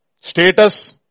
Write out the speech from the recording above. status